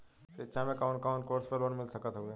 शिक्षा मे कवन कवन कोर्स पर लोन मिल सकत हउवे?